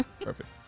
Perfect